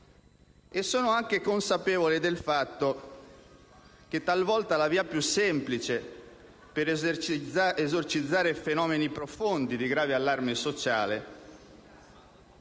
E sono anche consapevole del fatto che talvolta la via più semplice per esorcizzare fenomeni profondi di grave allarme sociale